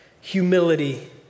humility